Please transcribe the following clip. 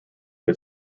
but